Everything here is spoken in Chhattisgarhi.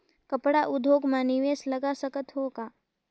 कपड़ा उद्योग म निवेश लगा सकत हो का?